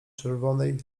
czerwonej